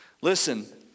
Listen